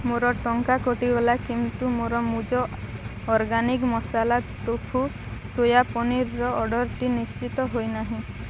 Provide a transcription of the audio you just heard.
ମୋର ଟଙ୍କା କଟିଗଲା କିନ୍ତୁ ମୋର ମୂଜ ଅର୍ଗାନିକ୍ ମସାଲା ତୋଫୁ ସୋୟା ପନିର୍ର ଅର୍ଡ଼ର୍ଟି ନିଶ୍ଚିତ ହୋଇନାହିଁ